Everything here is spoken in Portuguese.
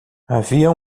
havia